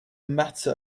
matter